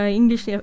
English